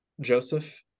Joseph